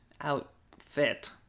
outfit